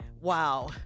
wow